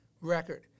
record